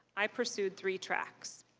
i pursued three tracks.